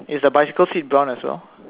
is the bicycle seat brown as well